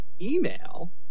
email